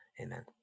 Amen